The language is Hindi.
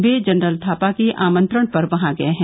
ये जनरल थापा के आमंत्रण पर वहां गये हैं